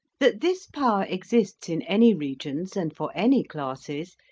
that this power exists in any regions and for any classes,